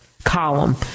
Column